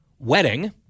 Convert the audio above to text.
Wedding